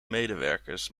medewerkers